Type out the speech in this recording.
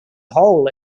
hole